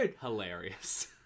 hilarious